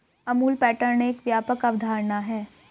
Amul pattern एक व्यापक अवधारणा है